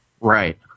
Right